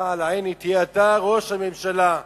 תהיה אתה ראש הממשלה,